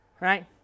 right